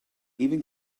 even